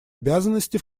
обязанности